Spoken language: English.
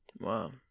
Wow